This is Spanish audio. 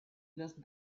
los